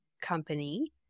company